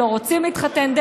או לא רוצים להתחתן,